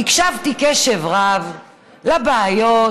הקשבתי בקשב רב לבעיות,